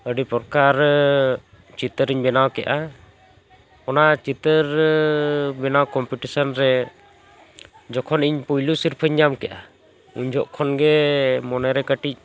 ᱟᱹᱰᱤ ᱯᱨᱚᱠᱟᱨ ᱨᱮ ᱪᱤᱛᱟᱹᱨᱤᱧ ᱵᱮᱱᱟᱣ ᱠᱮᱜᱼᱟ ᱚᱱᱟ ᱪᱤᱛᱟᱹᱨ ᱵᱮᱱᱟᱣ ᱠᱚᱢᱯᱤᱴᱤᱥᱚᱱ ᱨᱮ ᱡᱚᱠᱷᱚᱱ ᱤᱧ ᱯᱳᱭᱞᱳ ᱥᱤᱨᱯᱟᱹᱧ ᱧᱟᱢ ᱠᱮᱜᱼᱟ ᱩᱱ ᱡᱚᱠᱷᱚᱱ ᱠᱷᱚᱱ ᱜᱮ ᱢᱚᱱᱮᱨᱮ ᱠᱟᱹᱴᱤᱡ